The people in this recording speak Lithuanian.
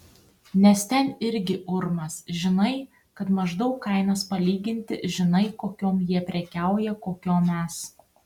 nes ten irgi urmas žinai kad maždaug kainas palyginti žinai kokiom jie prekiauja kokiom mes